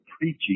preaching